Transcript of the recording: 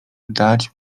dać